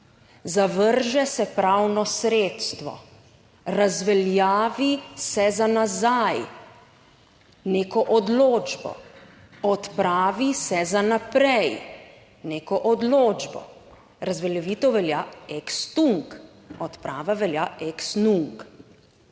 Zavrže se pravno sredstvo, razveljavi se za nazaj neko odločbo. Odpravi se za naprej neko odločbo. Razveljavitev velja extung, odprava velja exnung.